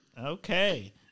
Okay